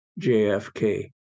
JFK